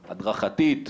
הדרכתית,